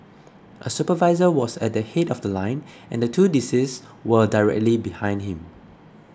a supervisor was at the head of The Line and the two deceased were directly behind him